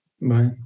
Bye